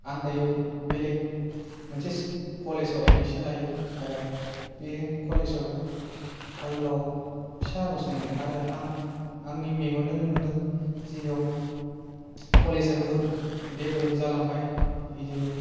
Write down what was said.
आं दायो बेलेक मोनसे स्कु कलेजाव एडमिशन लायो आरो बे कलेजआबो आगोलाव फिसाल'सोमोन आरो आं आंनि मेगनदोंनो नुदों जिआव कलेजाबो डेभ्लप जालांबाय बिदिनो